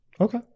Okay